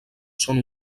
són